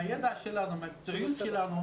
על פי הידע המקצועי שלנו,